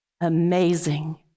Amazing